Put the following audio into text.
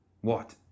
What